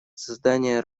создание